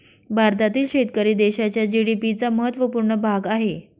भारतातील शेतकरी देशाच्या जी.डी.पी चा महत्वपूर्ण भाग आहे